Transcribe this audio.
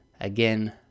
again